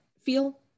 feel